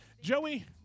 Joey